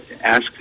ask